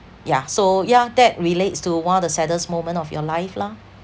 yeah so yeah that relates to one of the saddest moment of your life lah